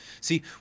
See